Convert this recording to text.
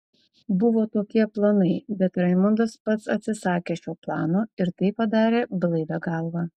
buvo tokie planai bet raimondas pats atsisakė šio plano ir tai padarė blaivia galva